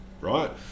right